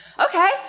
okay